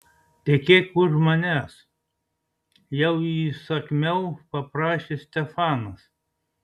tekėk už manęs jau įsakmiau paprašė stefanas